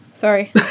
Sorry